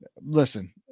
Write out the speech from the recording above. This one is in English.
listen